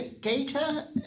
Gator